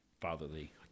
fatherly